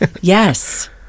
Yes